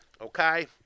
Okay